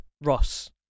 Ross